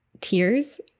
tears